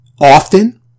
often